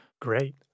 Great